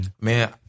Man